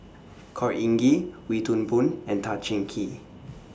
Khor Ean Ghee Wee Toon Boon and Tan Cheng Kee